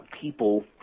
people